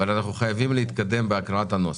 אבל אנחנו חייבים להתקדם בהקראת הנוסח.